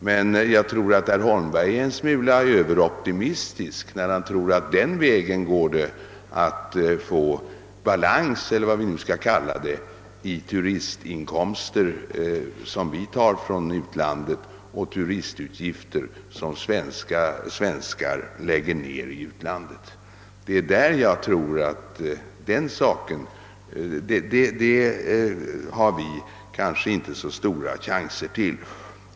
Men jag tror att herr Holmberg är en smula överoptimistisk när han anser att vi den vägen kan uppnå balans mellan de inkomster vi får från utländska turister och de pengar svenska turister gör av med utomlands. Det målet har vi nog inte så stora möjligheter att nå.